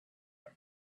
him